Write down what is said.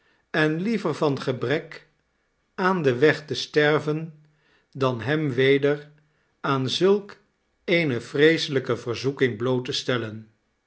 en liever van gebrek aan den weg te sterven dan hem weder aan zulk eene vreeselijke verzoeking bloot te stellen